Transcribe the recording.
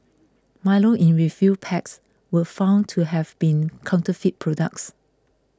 milo in refill packs were found to have been counterfeit products